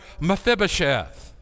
Mephibosheth